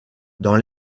dans